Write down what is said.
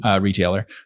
retailer